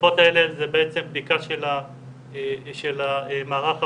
הכספות האלה זה בעצם בדיקה של המערך הפלילי.